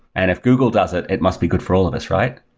and if google does it, it must be good for all of us, right?